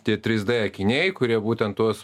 tie trys d akiniai kurie būtent tuos